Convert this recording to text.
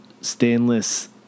stainless